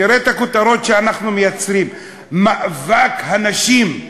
תראה את הכותרות שאנחנו מייצרים: "מאבק הנשים".